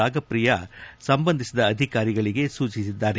Ragapriya R ಸಂಬಂಧಿಸಿದ ಅಧಿಕಾರಿಗಳಿಗೆ ಸೂಚಿಸಿದರು